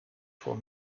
voor